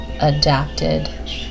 adapted